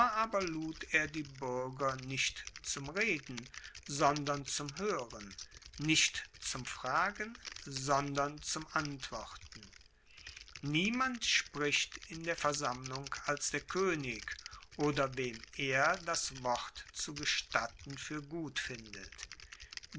aber lud er die buerger nicht zum reden sondern zum hoeren nicht zum fragen sondern zum antworten niemand spricht in der versammlung als der koenig oder wem er das wort zu gestatten fuer gut findet